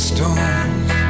Stones